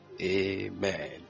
Amen